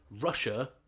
Russia